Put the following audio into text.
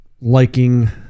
liking